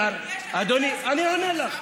קודם כול, אני עונה לך.